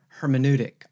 hermeneutic